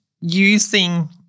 using